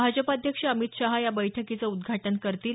भाजप अध्यक्ष अमित शाह या बैठकीचं उद्धाटन करतील